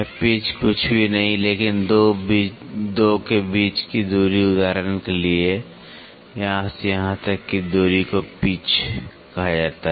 pitch कुछ भी नहीं है लेकिन 2 के बीच की दूरी उदाहरण के लिए यहाँ से यहाँ तक की दूरी को पिच कहा जाता है